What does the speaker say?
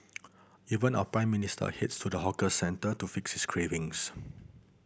even our Prime Minister heads to the hawker centre to fix his cravings